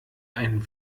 einen